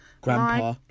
Grandpa